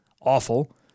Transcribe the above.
awful